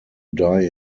die